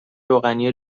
روغنی